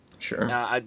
Sure